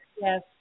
Yes